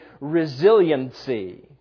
resiliency